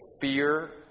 fear